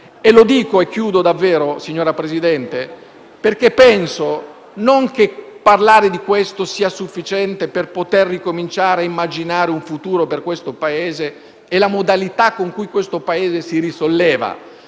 Lo dico - e chiudo davvero, signor Presidente - non perché penso che parlare di questo sia sufficiente per poter ricominciare a immaginare un futuro per il nostro Paese e la modalità con cui esso si risolleva.